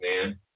man